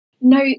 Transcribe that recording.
No